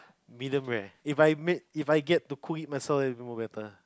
medium rare If I made If I get to cook it myself then it's more better